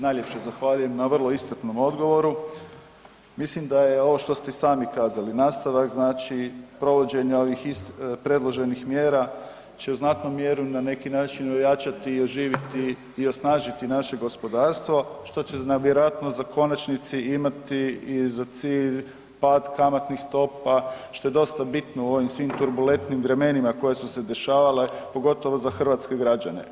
Najljepše zahvaljujem na vrlo iscrpnom odgovoru mislim da je ovo što ste i sami kazali, nastavak, znači provođenja ovih .../nerazumljivo/... predloženih mjera će u znatnoj mjeri na neki način ojačati i oživjeti i osnažiti naše gospodarstvo što će vjerojatno za konačnici imati i za cilj pad kamatnih stopa što je dosta bitno u ovim svim turbulentnim vremenima koja su se dešavale, pogotovo za hrvatske građane.